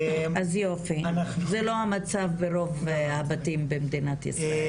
אז יופי, זה לא המצב ברוב הבתים במדינת ישראל.